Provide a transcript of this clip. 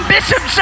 Bishop